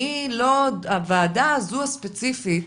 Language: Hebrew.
הוועדה הו הספציפית,